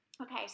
Okay